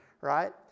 right